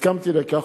הסכמתי לכך,